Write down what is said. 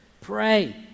Pray